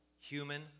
human